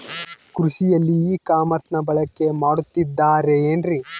ಕೃಷಿಯಲ್ಲಿ ಇ ಕಾಮರ್ಸನ್ನ ಬಳಕೆ ಮಾಡುತ್ತಿದ್ದಾರೆ ಏನ್ರಿ?